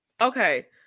okay